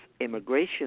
immigration